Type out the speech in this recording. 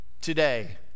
today